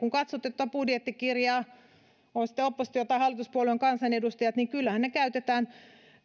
kun katsoo tuota budjettikirjaa on sitten opposition tai hallituspuolueen kansanedustaja niin kyllähän ne käytetään